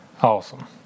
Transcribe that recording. Awesome